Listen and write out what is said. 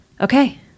Okay